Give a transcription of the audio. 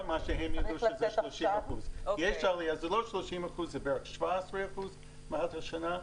היא לא של 30%, היא בערך 17% מתחילת השנה.